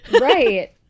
Right